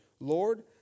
Lord